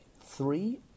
Three